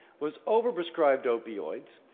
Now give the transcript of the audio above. was overprescribed opioids,